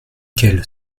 quelle